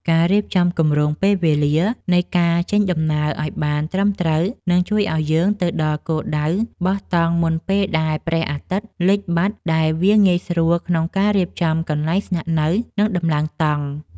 ការរៀបចំគម្រោងពេលវេលានៃការចេញដំណើរឱ្យបានត្រឹមត្រូវនឹងជួយឱ្យយើងទៅដល់គោលដៅបោះតង់មុនពេលដែលព្រះអាទិត្យលិចបាត់ដែលវាងាយស្រួលក្នុងការរៀបចំកន្លែងស្នាក់នៅ និង ដំឡើងតង់។